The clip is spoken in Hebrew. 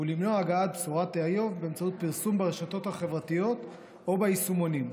ולמנוע הגעת בשורת איוב באמצעות פרסום ברשתות החברתיות או ביישומונים.